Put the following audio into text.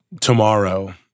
tomorrow